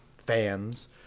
Fans